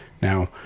Now